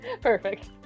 Perfect